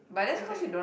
I cannot